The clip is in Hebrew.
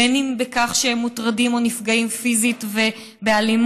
בין אם בכך שהם מוטרדים או נפגעים פיזית ובאלימות,